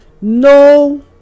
No